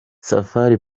safari